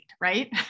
right